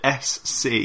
SC